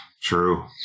true